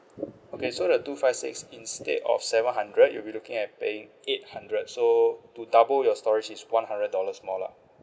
okay so the two five six instead of seven hundred you'll be looking at paying eight hundred so to double your storage is one hundred dollars more lah